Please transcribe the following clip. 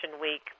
week